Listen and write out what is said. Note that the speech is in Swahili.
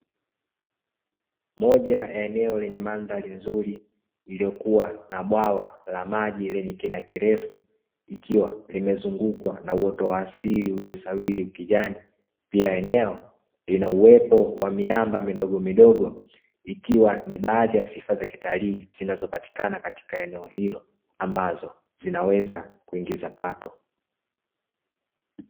Moja ya eneo lenye mandhari nzuri iliyokuwa na bwawa la maji lenye kina kirefu, ikiwa limezungukwa na uoto wa asili ulio sawili ukijani. Pia eneo lina uwepo wa miamba midogomidogo, ikiwa ni baadhi ya sifa za kitalii zinazopatikana katika eneo hilo, ambazo zinaweza kuingiza pato.